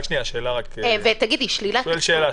שלילת תקציב